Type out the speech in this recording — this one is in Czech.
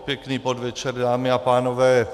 Pěkný podvečer, dámy a pánové.